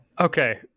Okay